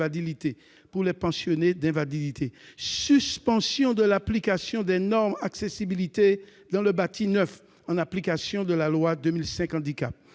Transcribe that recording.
pour les pensionnés d'invalidité, suspension de l'application des normes d'accessibilité dans le bâti neuf prévues par la loi Handicap